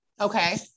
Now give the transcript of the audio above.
Okay